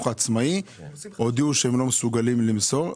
העצמאי הודיעו שהן לא מסוגלות למסור.